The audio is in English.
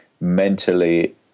mentally